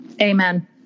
Amen